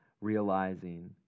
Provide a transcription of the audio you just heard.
realizing